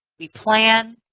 we plan,